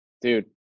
dude